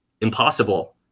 impossible